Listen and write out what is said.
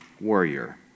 warrior